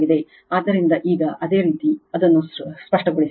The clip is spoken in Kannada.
ಆದ್ದರಿಂದ ಈಗ ಅದೇ ರೀತಿ ಅದನ್ನು ಸ್ಪಷ್ಟಗೊಳಿಸಿ